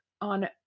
on